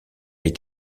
est